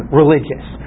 religious